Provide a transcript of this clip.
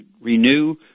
Renew